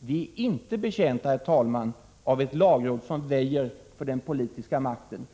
Vi är inte betjänta, herr talman, av ett lagråd som väjer för den politiska makten.